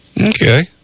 Okay